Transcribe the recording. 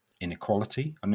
inequality